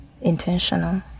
intentional